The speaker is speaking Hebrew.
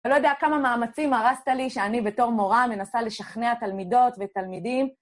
אתה לא יודע כמה מאמצים הרסת לי שאני בתור מורה מנסה לשכנע תלמידות ותלמידים.